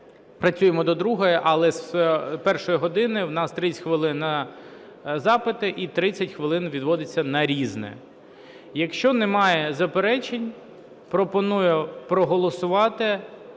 працюємо до другої, але з першої години в нас 30 хвилин на запити і 30 хвилин відводиться на "Різне". Якщо немає заперечень, пропоную проголосувати